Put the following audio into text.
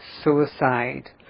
suicide